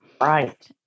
Right